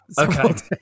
okay